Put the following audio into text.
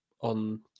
on